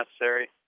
necessary